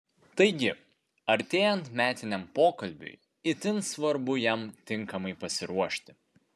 taigi artėjant metiniam pokalbiui itin svarbu jam tinkamai pasiruošti